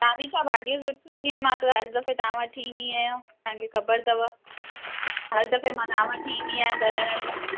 तव्हांजी छा भाॼियुं सुठियूं हूंदियूं आहिनि मां त हरु दफ़े तव्हां वटि ई ईंदी आहियां तव्हांखे ख़बरु अथव हरु दफ़े मां तव्हां वटि ई ईंदी आहियां घर में